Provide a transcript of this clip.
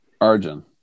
Arjun